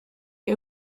est